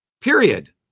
Period